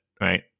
right